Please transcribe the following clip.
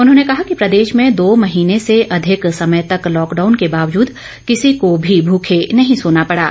उन्होंने कहा कि प्रदेश में दो महीने से अधिक समय तक लॉकडॉउन के बावजूद किसी को भी भूखे नहीं सोना पडा